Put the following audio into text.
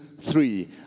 three